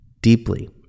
deeply